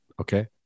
Okay